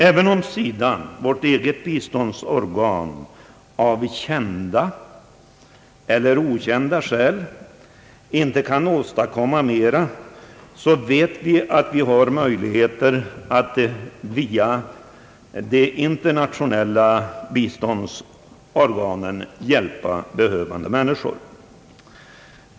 Även om SIDA, vårt eget biståndsorgan, av kända eller okända skäl inte kan åstadkomma mera, vet vi att vi har möjligheter att via de internationella biståndsorganen hjälpa behövande människor.